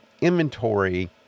inventory